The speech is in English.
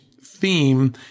theme